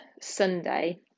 Sunday